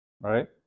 right